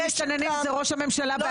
ואומרת שהמדינה תשפה או היועצת המשפטית.